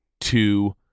two